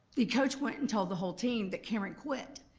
the coach went and told the whole team that cameron quit.